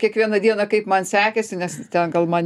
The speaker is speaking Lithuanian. kiekvieną dieną kaip man sekėsi nes ten gal man